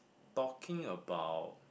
talking about